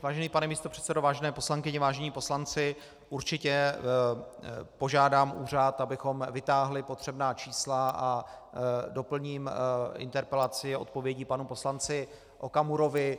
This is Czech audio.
Vážený pane místopředsedo, vážené poslankyně, vážení poslanci, určitě požádám úřad, abychom vytáhli potřebná čísla, a doplním interpelaci a odpovědi panu poslanci Okamurovi.